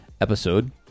episode